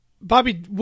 Bobby